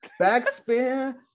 backspin